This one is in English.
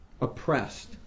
oppressed